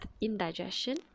indigestion